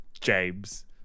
James